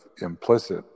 implicit